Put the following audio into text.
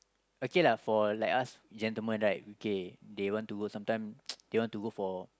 okay lah for like I ask gentlemen right okay they want to work sometime they want to work for